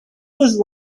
was